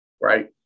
right